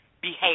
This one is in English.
behave